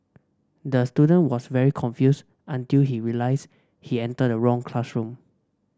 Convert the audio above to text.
the student was very confused until he realised he entered the wrong classroom